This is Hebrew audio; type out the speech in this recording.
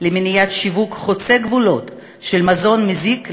במניעת שיווק חוצה-גבולות של מזון מזיק לילדים,